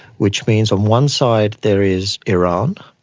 which means on one side there is iran,